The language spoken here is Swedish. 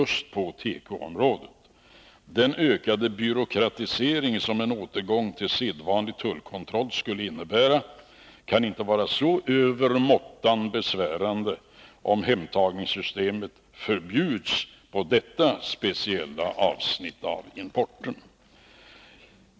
Den ökade byråkratisering som en återgång till sedvanlig tullkontroll skulle medföra kan inte vara så över måttan besvärande, om hemtagningssystemet förbjuds på detta speciella avsnitt av importen.